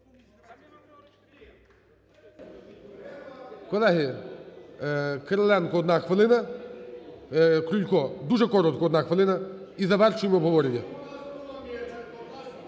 хвилина. Крулько, дуже коротко, 1 хвилина і завершуємо обговорення.